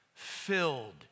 filled